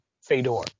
Fedor